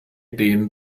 den